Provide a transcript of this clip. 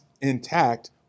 intact